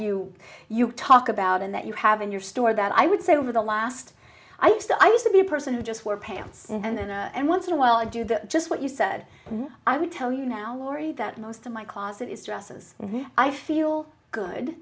you talk about and that you have in your store that i would say over the last i used to i used to be a person who just wear pants and and once in a while i do that just what you said i would tell you now laurie that most of my closet is dresses and i feel